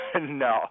No